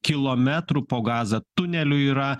kilometrų po gaza tunelių yra